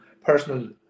personal